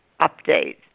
update